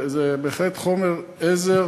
זה בהחלט חומר עזר